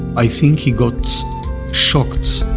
i think he got shocked